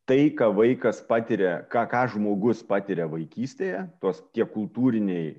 tai ką vaikas patiria ką ką žmogus patiria vaikystėje tos tie kultūriniai